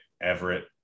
Everett